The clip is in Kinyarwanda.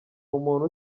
umuntu